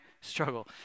struggle